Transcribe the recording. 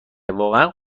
واقعا